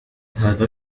هذا